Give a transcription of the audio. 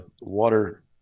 water